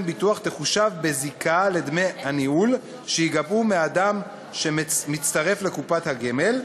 ביטוח תחושב בזיקה לדמי הניהול שייגבו מאדם שמצטרף לקופת הגמל.